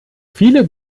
viele